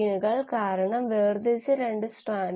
ഇവ സാധാരണവൽക്കരിച്ച ഫ്ലക്സുകളാണ്